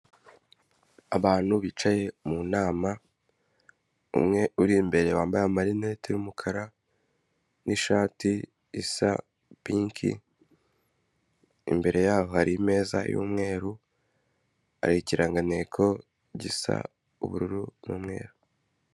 Abantu bicaye mu nama, umwe uri imbere wambaye marinete y'umukara, n'ishati isa pinki, imbere yabo hari ameza y'umweru, ariho ikiranganteko gisa ubururu n'umweru.